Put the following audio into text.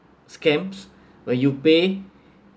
scams where you pay